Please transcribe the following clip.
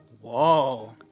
Whoa